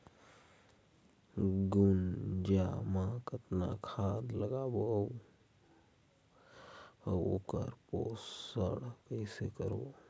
गुनजा मा कतना खाद लगाबो अउ आऊ ओकर पोषण कइसे करबो?